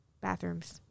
bathrooms